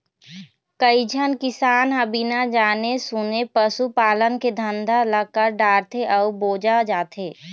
कइझन किसान ह बिना जाने सूने पसू पालन के धंधा ल कर डारथे अउ बोजा जाथे